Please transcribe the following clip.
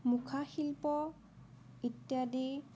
মুখাশিল্প ইত্যাদি